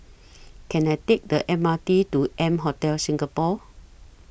Can I Take The M R T to M Hotel Singapore